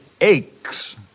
aches